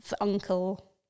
uncle